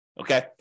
okay